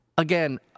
again